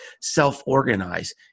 self-organize